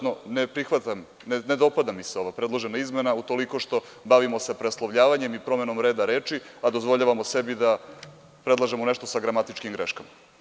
Ne dopada mi se ova predložena izmena, utoliko što se bavimo preslovljavanjem i promenom reda reči, a dozvoljavamo sebi da predlažemo nešto sa gramatičkim greškama.